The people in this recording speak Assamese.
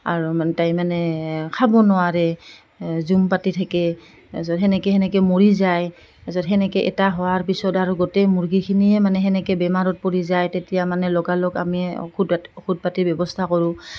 আৰু মানে তাই মানে খাব নোৱাৰে জুম পাতি থাকে তাৰপিছত তেনেকৈ তেনেকৈ মৰি যায় তাৰছত তেনেকৈ এটা হোৱাৰ পিছত আৰু গোটেই মুৰ্গীখিনিয়ে মানে তেনেকৈ বেমাৰত পৰি যায় তেতিয়া মানে লগালগ আমি ঔষধ ঔষধ পাতিৰ ব্যৱস্থা কৰোঁ